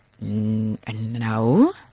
no